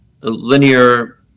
linear